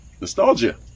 Nostalgia